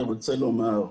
אני רוצה לומר,